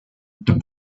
the